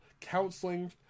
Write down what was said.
counseling